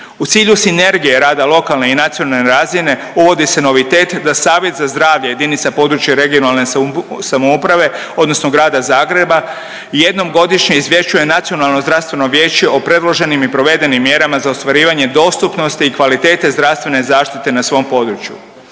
U cilju sinergije rada lokalne i nacionalne razine uvodi se novitet da savjet za zdravlje jedinica područne i regionalne samouprave odnosno Grada Zagreba jednom godišnje izvješćuje nacionalno zdravstveno vijeće o predloženim i provedenim mjerama za ostvarivanje dostupnosti i kvalitete zdravstvene zaštite na svom području.